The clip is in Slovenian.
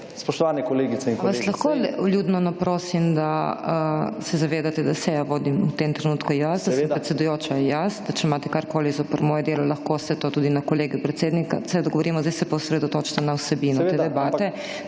Vas lahko vljudno naprosim, da se zavedate, da sejo vodim v tem trenutku jaz, da sem predsedujoča jaz, da če imate karkoli zoper moje delo, lahko se to tudi na Kolegiju predsednika se dogovorimo, zdaj se pa osredotočite na vsebino. Te debate,